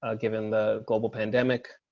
ah given the global pandemic,